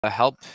help